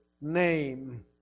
name